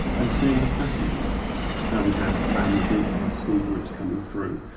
and seeing the specimens and we have family groups, we have school groups coming through,